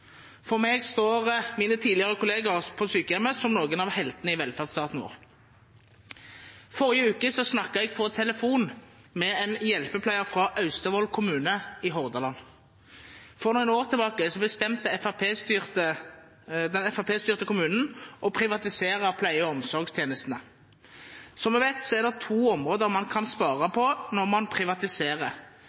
For meg står mine tidligere kollegaer på sykehjemmet som noen av heltene i velferdsstaten vår. Forrige uke snakket jeg på telefonen med en hjelpepleier fra Austevoll kommune i Hordaland. For noen år tilbake bestemte den FrP-styrte kommunen å privatisere pleie- og omsorgstjenestene. Som vi vet, er det to områder man kan spare på når man privatiserer.